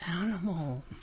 animal